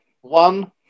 One